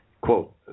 quote